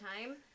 Time